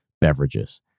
beverages